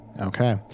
Okay